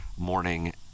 Morning